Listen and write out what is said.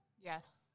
Yes